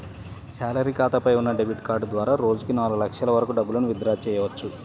salary ఖాతాపై ఉన్న debit card ద్వారా రోజుకి నాలుగు లక్షల వరకు డబ్బులను విత్ డ్రా చెయ్యవచ్చు